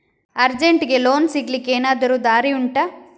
ಅರ್ಜೆಂಟ್ಗೆ ಲೋನ್ ಸಿಗ್ಲಿಕ್ಕೆ ಎನಾದರೂ ದಾರಿ ಉಂಟಾ